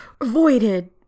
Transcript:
avoided